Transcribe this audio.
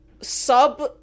sub